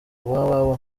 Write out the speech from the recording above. www